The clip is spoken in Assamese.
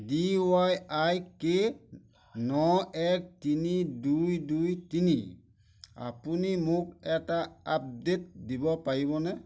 ডি ৱাই আই কে ন এক তিনি দুই দুই তিনি আপুনি মোক এটা আপডে'ট দিব পাৰিবনে